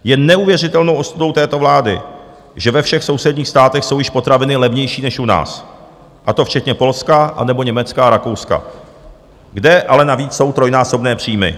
Je neuvěřitelnou ostudou této vlády, že ve všech sousedních státech jsou již potraviny levnější než u nás, a to včetně Polska anebo Německa a Rakouska, kde ale navíc jsou trojnásobné příjmy.